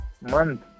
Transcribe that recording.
Month